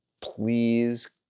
Please